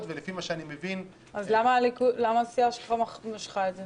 למה הסיעה שלך משכה את זה?